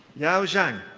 yuao zhang.